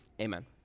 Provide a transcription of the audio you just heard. Amen